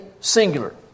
singular